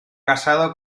casado